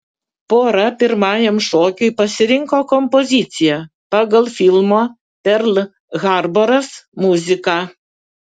pora pirmajam šokiui pasirinko kompoziciją pagal filmo perl harboras muziką